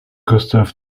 gustav